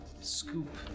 scoop